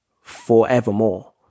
forevermore